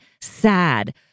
sad